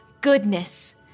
goodness